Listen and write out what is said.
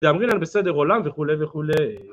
ואמרים להן בסדר עולם וכולי וכולי